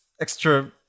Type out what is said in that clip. extra